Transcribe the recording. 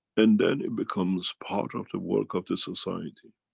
and then it becomes part of the work of the society.